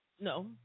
No